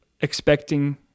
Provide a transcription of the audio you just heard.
expecting